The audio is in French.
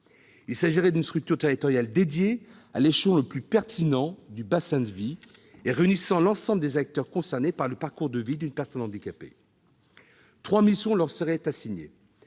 Il s'agirait d'une structure territoriale dédiée, intervenant à l'échelon le plus pertinent, celui du bassin de vie, et réunissant l'ensemble des acteurs concernés par le parcours de vie d'une personne handicapée. Trois missions lui seraient assignées.